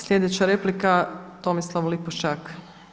Sljedeća replika Tomislav Lipošćak.